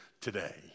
today